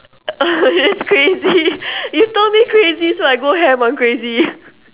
it's crazy you told me crazy so I go ham on crazy